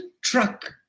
truck